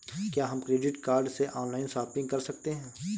क्या हम credit card से ऑनलाइन शॉपिंग कर सकते हैं?